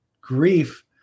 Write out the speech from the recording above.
grief